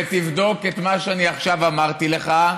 ותבדוק את מה שאני עכשיו אמרתי לך.